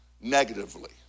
negatively